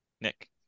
Nick